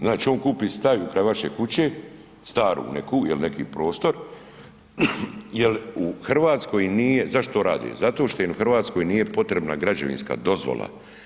Znači on kupi staju kraj vaše kuće, staru neku, jel neki prostor, jer u Hrvatskoj nije, zašto to rade?, zato što im u Hrvatskoj nije potrebna građevinska dozvola.